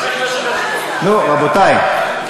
נו, רבותי.